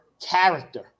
character